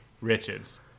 Richards